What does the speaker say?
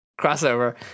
Crossover